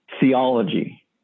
theology